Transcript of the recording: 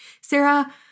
Sarah